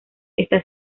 está